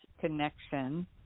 connection